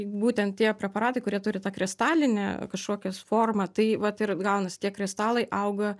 būtent tie preparatai kurie turi tą kristalinį kažkokias formą tai vat ir gaunasi tie kristalai auga